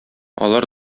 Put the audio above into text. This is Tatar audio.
алар